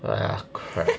!aiya! crap